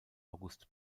august